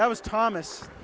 that was thomas